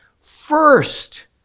first